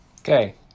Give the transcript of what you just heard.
Okay